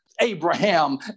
abraham